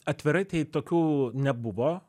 atvirai tai tokių nebuvo